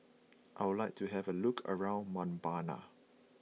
I would like to have a look around Mbabana